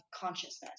consciousness